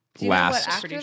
Last